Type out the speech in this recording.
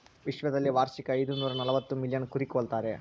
ವಿಶ್ವದಲ್ಲಿ ವಾರ್ಷಿಕ ಐದುನೂರನಲವತ್ತು ಮಿಲಿಯನ್ ಕುರಿ ಕೊಲ್ತಾರೆ